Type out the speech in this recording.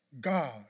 God